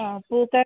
ആ പൂത്ത